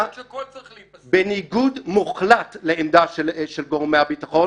-- בניגוד מוחלט לעמדה של גורמי הביטחון